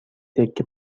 تکه